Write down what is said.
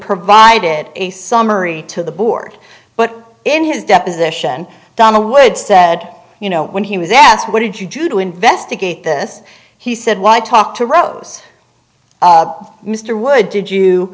provided a summary to the board but in his deposition donna wood said you know when he was asked what did you do to investigate this he said why talk to rose mr wood did you